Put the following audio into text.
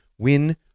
Win